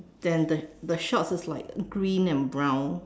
then the the shorts is like green and brown